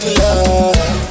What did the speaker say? love